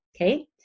okay